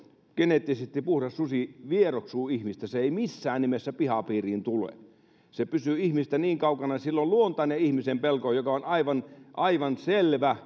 geneettisesti puhdas susi vieroksuu ihmistä se ei missään nimessä pihapiiriin tule se pysyy ihmisestä kaukana sillä on luontainen ihmisen pelko joka on aivan aivan selvä